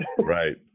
Right